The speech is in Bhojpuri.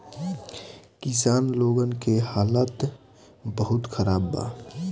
किसान लोगन के हालात बहुत खराब बा